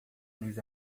luz